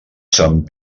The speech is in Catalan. sant